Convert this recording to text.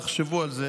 תחשבו על זה: